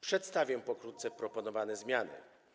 Przedstawię pokrótce proponowane zmiany.